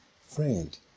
friend